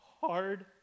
hard